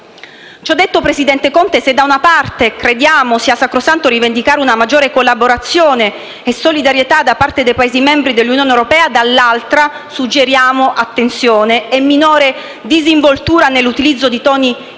Ciò detto, presidente Conte, se da una parte crediamo sia sacrosanto rivendicare una maggiore collaborazione e solidarietà da parte dei Paesi membri dell'Unione europea, dall'altra suggeriamo attenzione e minore disinvoltura nell'utilizzo di toni incendiari;